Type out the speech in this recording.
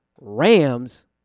Rams